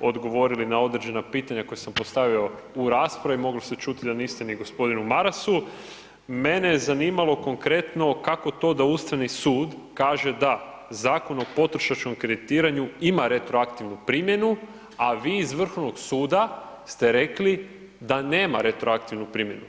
odgovorili na određena pitanja koja sam postavio u raspravi, moglo se čuti da niste ni g. Marasu, mene je zanimalo konkretno kako to d Ustavni sud kaže da Zakon o potrošačkom kreditiranju ima retroaktivnu primjenu a vi iz Vrhovnog suda ste rekli da nema retroaktivnu primjenu.